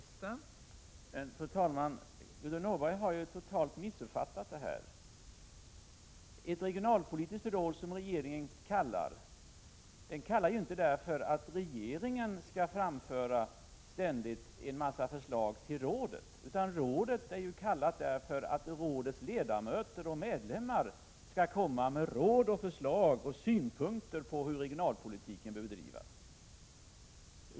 Fru talman! Gudrun Norberg tycks ha missuppfattat detta totalt. Regeringen kallar inte in det regionalpolitiska rådet därför att regeringen ständigt skall framföra förslag till rådet, utan rådet inkallas för att rådets ledamöter skall komma med råd, förslag och synpunkter på hur regionalpolitiken bör bedrivas.